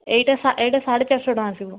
ଏଇଟା ସାଢ଼େ ଚାରିଶହ ଟଙ୍କା ଆସିବ